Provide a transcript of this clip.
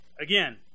Again